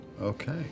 Okay